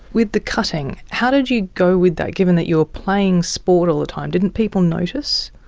with the cutting, how did you go with that, given that you're playing sport all the time? didn't people notice?